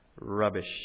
rubbish